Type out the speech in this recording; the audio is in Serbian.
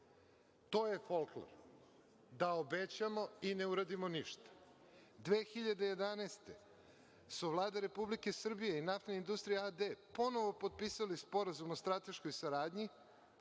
To je folklor, da obećamo i ne uradimo ništa. Godine 2011. su Vlada Republike Srbije i Naftna industrija a.d. ponovo potpisali Sporazum o strateškoj saradnji